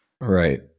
Right